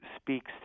speaks